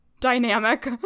dynamic